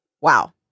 wow